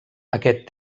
aquest